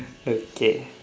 okay